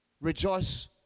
rejoice